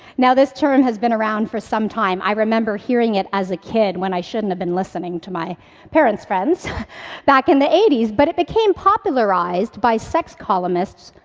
this term has been around for some time. i remember hearing it as a kid when i shouldn't have been listening to my parents friends back in the eighty s, but it became popularized by sex columnists,